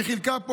היא חילקה,